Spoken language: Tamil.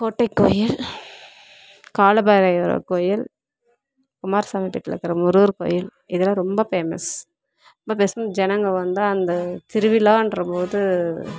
கோட்டை கோயில் கால பைவர் கோயில் குமாரசாமி வீட்டில் திரு முருகர் கோயில் இதெல்லாம் ரொம்ப பேமஸ் ரொம்ப பேமஸ்னா ஜனங்க வந்தால் அந்த திருவிழான்ற போது